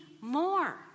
more